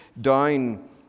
down